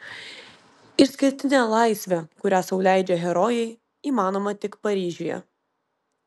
išskirtinė laisvė kurią sau leidžia herojai įmanoma tik paryžiuje